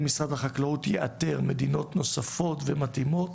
משרד החקלאות יאתר מדינות נוספות ומתאימות